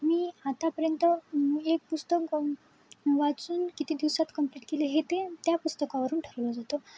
मी आतापर्यंत एक पुस्तक वाचून किती दिवसात कंप्लीट केले हे ते त्या पुस्तकावरून ठरवलं जातं